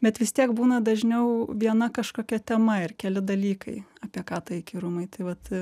bet vis tiek būna dažniau viena kažkokia tema ir keli dalykai apie ką tai įkyrumai tai vat